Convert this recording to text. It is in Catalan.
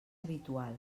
habitual